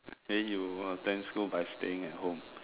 then you attend school by staying at home